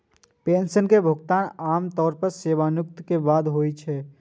pension के भुगतान आम तौर पर सेवानिवृत्ति के बाद होइ छै